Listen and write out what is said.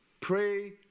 pray